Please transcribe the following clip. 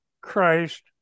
Christ